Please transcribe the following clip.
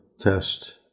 test